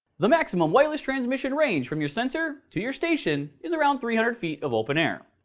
the maximum wireless transmission range from your sensor to your station is around three hundred feet of open air.